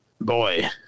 boy